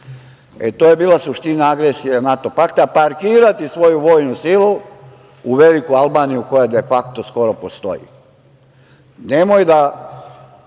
To je bila suštine agresije NATO pakta, parkirati svoju vojnu silu u veliku Albaniju, koja de fakto, skoro postoji. Nemoj da